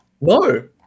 No